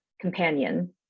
companion